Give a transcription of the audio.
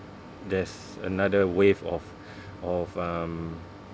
there's another wave of of um